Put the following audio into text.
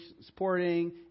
supporting